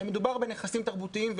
שמדובר בנכסים תרבותיים,